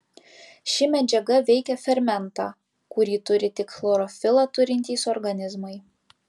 ši medžiaga veikia fermentą kurį turi tik chlorofilą turintys organizmai